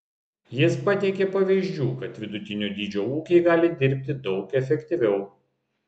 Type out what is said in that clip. jis pateikė pavyzdžių kad vidutinio dydžio ūkiai gali dirbti daug efektyviau